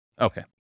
Okay